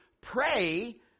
pray